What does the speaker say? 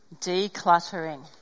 Decluttering